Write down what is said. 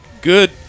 good